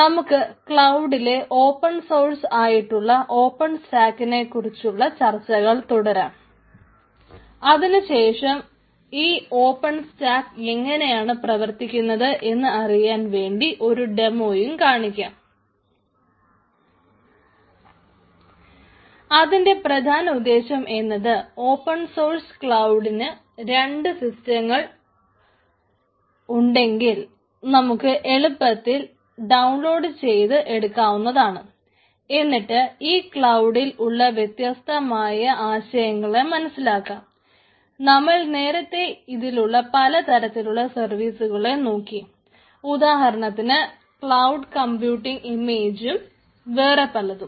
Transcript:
നമുക്ക് ക്ലൌഡിലെ open source വേറെ പലതും